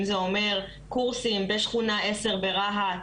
אם זה אומר קורסים בשכונה עשר ברהט.